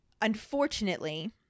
Unfortunately